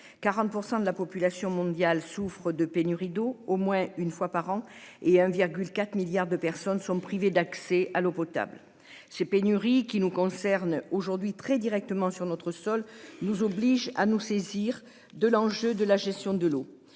40% de la population mondiale souffre de pénuries d'eau au moins une fois par an et 1,4 milliard de personnes sont privées d'accès à l'eau potable. Ces pénuries qui nous concerne aujourd'hui très directement sur notre sol nous oblige à nous saisir de l'enjeu de la gestion de l'eau